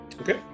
Okay